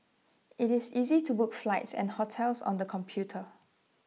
IT is easy to book flights and hotels on the computer